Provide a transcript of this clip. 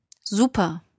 Super